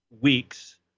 weeks